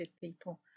people